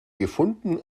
gefunden